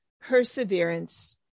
perseverance